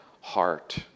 heart